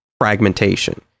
fragmentation